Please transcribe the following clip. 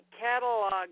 catalog